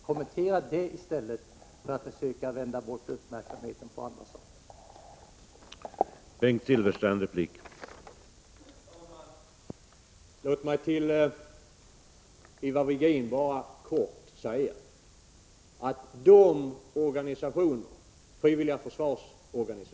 Kommentera det i stället för att försöka vända uppmärksamheten mot andra saker!